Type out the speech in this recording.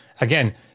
again